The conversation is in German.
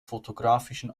fotografischen